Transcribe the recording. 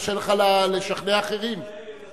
קשה לך לשכנע אחרים -- עם ישראל ינצח.